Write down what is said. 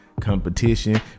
competition